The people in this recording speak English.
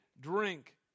drink